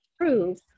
prove